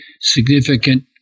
significant